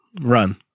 run